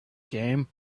game